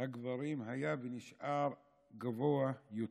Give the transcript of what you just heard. הגברים היה ונשאר גבוה יותר.